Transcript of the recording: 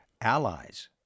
allies